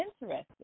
interested